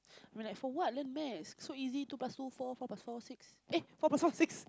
like for what learn maths so easy two plus two four four plus four six eh four plus four six